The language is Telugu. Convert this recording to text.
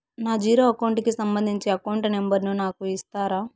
నా జీరో అకౌంట్ కి సంబంధించి అకౌంట్ నెంబర్ ను నాకు ఇస్తారా